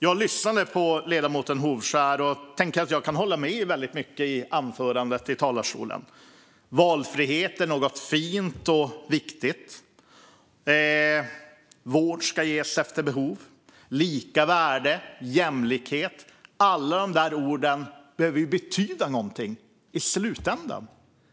Jag lyssnade på ledamoten Hovskär och tänkte att jag kan hålla med om mycket i anförandet. Valfrihet är något fint och viktigt, vård ska ges efter behov, lika värde, jämlikhet. Men alla de orden behöver betyda någonting i slutänden.